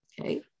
Okay